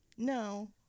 No